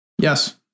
Yes